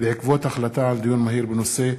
בעקבות החלטה על דיון מהיר בנושא: